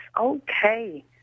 okay